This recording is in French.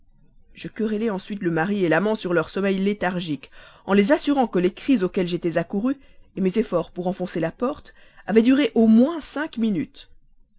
je querellai ensuite le mari l'amant sur leur sommeil léthargique en les assurant que les cris auxquels j'étais accouru mes efforts pour enfoncer la porte avaient duré au moins cinq minutes